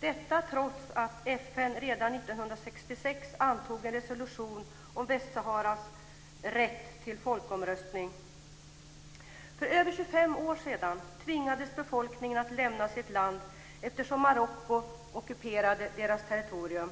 detta trots att FN redan 1966 antog en resolution om Västsaharas rätt till folkomröstning. För över 25 år sedan tvingades befolkningen att lämna sitt land eftersom Marocko ockuperade dess territorium.